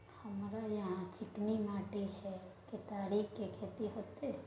हमरा यहाँ चिकनी माटी हय केतारी के खेती होते?